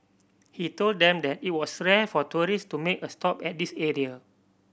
he told them that it was rare for tourist to make a stop at this area